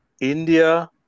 India